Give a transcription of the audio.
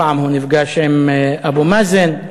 פעם הוא נפגש עם אבו מאזן,